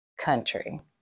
country